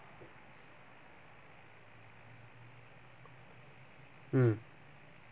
mm)